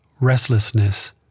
Restlessness